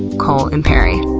cole imperi.